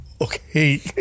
Okay